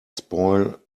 spoil